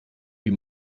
wie